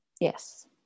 Yes